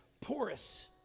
porous